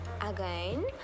Again